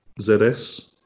ZS